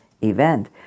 event